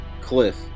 cliff